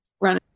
run